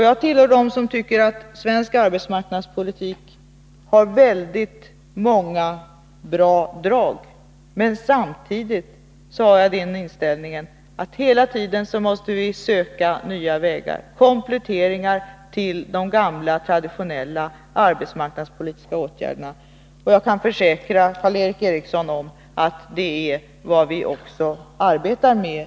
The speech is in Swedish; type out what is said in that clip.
Jag tillhör dem som tycker att svensk arbetsmarknadspolitik har väldigt många bra drag, men samtidigt har jag inställningen, att vi hela tiden måste söka nya vägar som komplettering till de traditionella arbetsmarknadspolitiska åtgärderna. Jag kan försäkra Karl Erik Eriksson att detta är vad vi inom regeringskansliet arbetar med.